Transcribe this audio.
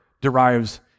derives